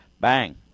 bang